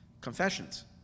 confessions